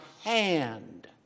hand